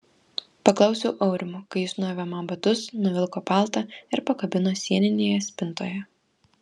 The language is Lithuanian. paklausiau aurimo kai jis nuavė man batus nuvilko paltą ir pakabino sieninėje spintoje